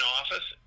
office